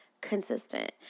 consistent